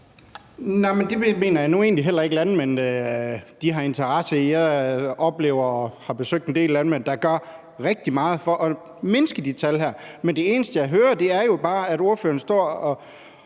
Det mener jeg nu egentlig heller ikke at landmændene har interesse i. Jeg har besøgt en del landmænd, der gør rigtig meget for at mindske de tal. Men det eneste, jeg hører, er jo bare, at ordføreren – og